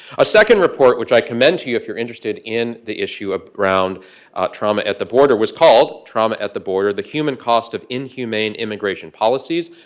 a second report, which i commend to you if you're interested in the issue ah around trauma at the border, was called trauma at the border the human cost of inhumane immigration policies.